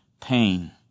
pain